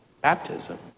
baptism